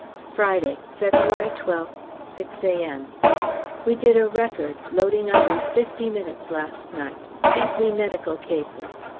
friday, february twelfth, six a m we did a record loading up in fifty minutes last night, chiefly medical cases,